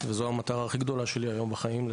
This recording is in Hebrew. וזו המטרה הכי גדולה שלי היום בחיים,